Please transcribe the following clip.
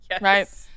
Right